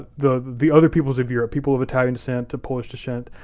the the other peoples of europe, people of italian descent to polish descent,